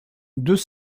deux